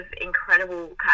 incredible